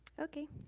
Okay